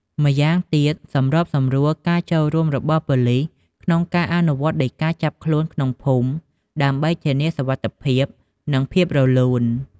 ម្យ៉ាងទៀតសម្របសម្រួលការចូលរួមរបស់ប៉ូលីសក្នុងការអនុវត្តដីកាចាប់ខ្លួនក្នុងភូមិ ដើម្បីធានាសុវត្ថិភាព និងភាពរលូន។